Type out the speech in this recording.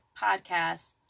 podcast